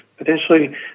potentially